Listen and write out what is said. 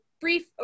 brief